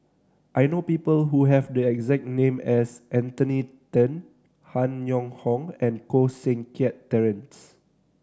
I know people who have the exact name as Anthony Then Han Yong Hong and Koh Seng Kiat Terence